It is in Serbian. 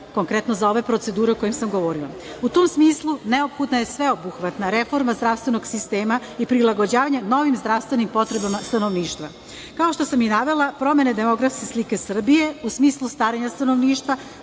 konkretno za ove procedure o kojima sam govorila.U tom smislu, neophodna je sveobuhvatna reforma zdravstvenog sistema i prilagođavanje novim zdravstvenim potrebama stanovništva. Kao što sam i navela, promena demografske slike Srbije u smislu starenja stanovništva